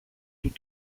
του